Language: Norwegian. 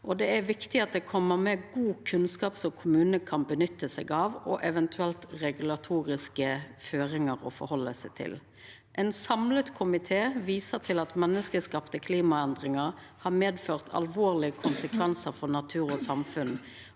og at det kjem med god kunnskap som kommunane kan nytta seg av, og eventuelt med regulatoriske føringar å forhalda seg til. Ein samla komité viser til at menneskeskapte klimaendringar har medført alvorlege konsekvensar for natur og samfunn.